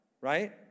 right